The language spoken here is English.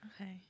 okay